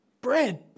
bread